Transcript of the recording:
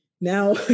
now